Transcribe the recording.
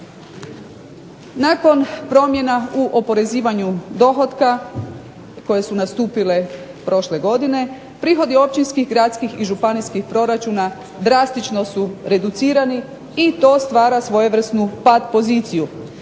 Nakon promjena u oporezivanju dohotka koje su nastupile prošle godine prihodi općinskih, gradskih i županijskih proračuna drastično su reducirani i to stvara svojevrsnu pat poziciju.